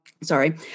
sorry